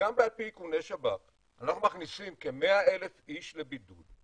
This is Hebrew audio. כשגם על פי איכוני שב"כ אנחנו מכניסים כ-100,000 איש לבידוד,